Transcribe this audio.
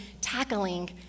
tackling